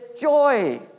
joy